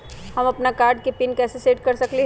हम अपन कार्ड के पिन कैसे सेट कर सकली ह?